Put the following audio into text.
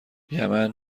یمن